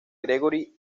gregory